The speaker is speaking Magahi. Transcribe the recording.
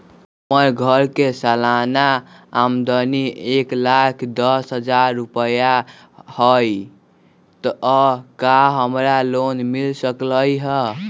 हमर घर के सालाना आमदनी एक लाख दस हजार रुपैया हाई त का हमरा लोन मिल सकलई ह?